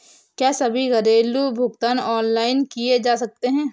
क्या सभी घरेलू भुगतान ऑनलाइन किए जा सकते हैं?